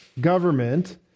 government